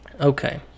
okay